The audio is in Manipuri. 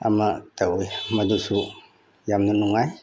ꯑꯃ ꯇꯧꯏ ꯃꯗꯨꯁꯨ ꯌꯥꯝꯅ ꯅꯨꯡꯉꯥꯏ